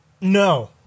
No